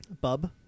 Bub